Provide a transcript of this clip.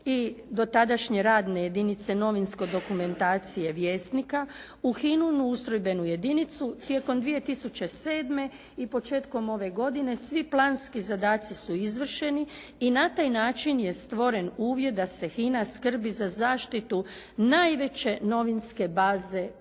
i dotadašnje radne jedinice novinsko dokumentacije Vjesnika u HINA-inu ustrojbenu jedinicu tijekom 2007. i početkom ove godine svi planski zadaci su izvršeni i na taj način je stvoren uvjet da se HINA skrbi za zaštitu najveće novinske baze